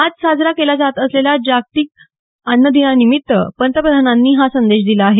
आज साजरा केला जात असलेल्या पहिल्या जागतिक अन्न दिनानिमित्त पंतप्रधांनांनी हा संदेश दिला आहे